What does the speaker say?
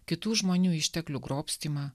kitų žmonių išteklių grobstymą